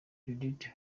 judith